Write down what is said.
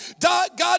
God